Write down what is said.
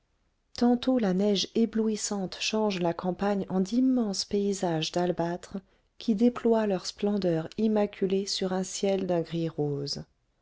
tantôt la neige éblouissante change la campagne en d'immenses paysages d'albâtre qui déploient leurs splendeurs immaculées sur un ciel d'un gris rose